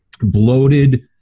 bloated